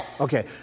Okay